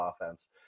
offense